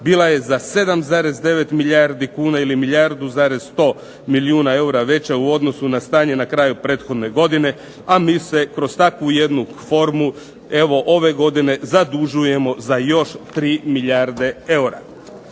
bila je za 7,9 milijardi kuna ili milijardu 100 milijuna eura veća u odnosu na stanje na kraju prethodne godine, a mi se kroz takvu jednu formu evo ove godine zadužujemo za još 3 milijarde eura.